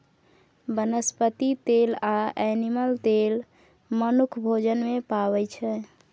बनस्पति तेल आ एनिमल तेल मनुख भोजन मे पाबै छै